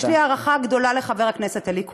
יש לי הערכה גדולה לחבר הכנסת אלי כהן,